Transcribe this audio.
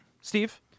Steve